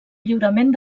lliurament